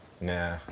Nah